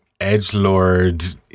edgelord